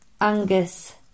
Angus